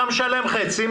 אתה משלם חצי,